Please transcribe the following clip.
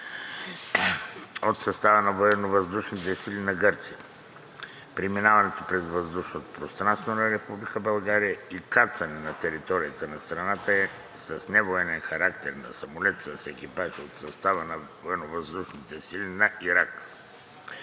от състава на Военновъздушните сили на Гърция; – преминаването през въздушното пространство на Република България и кацане на територията на страната е с невоенен характер на самолет с екипаж от състава на Военновъздушните сили на Ирак;